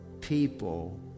people